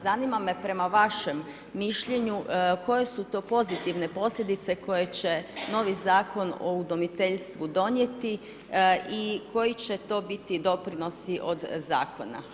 Zanima me prema vašem mišljenju koje su to pozitivne posljedice koje će novi Zakon o udomiteljstvu donijeti i koji će to biti doprinosi od zakona?